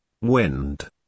wind